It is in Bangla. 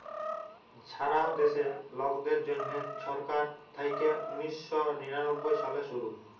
ছারা দ্যাশে লকদের জ্যনহে ছরকার থ্যাইকে উনিশ শ নিরানব্বই সালে শুরু